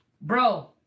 bro